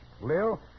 Lil